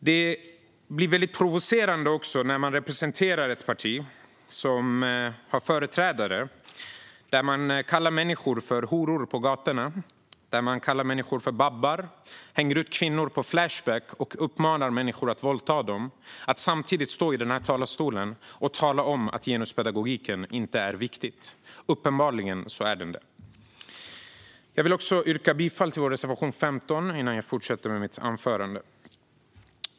Det blir också väldigt provocerande när en representant för ett parti med företrädare som kallar människor för "horor" på gatorna, kallar människor för "babbar" eller hänger ut kvinnor på Flashback och uppmanar människor att våldta dem står i den här talarstolen och talar om att genuspedagogiken inte är viktig. Uppenbarligen är den det. Innan jag går vidare med mitt anförande yrkar jag bifall till vår reservation nr 15.